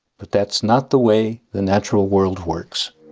but that's not the way the natural world works.